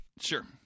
Sure